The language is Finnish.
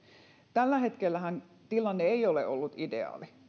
tällä hetkellähän tilanne ei ole ollut ideaali